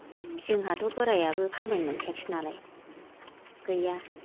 जोंहाथ' बोराइआबो खामायनो मोनखायासै नालाय गैया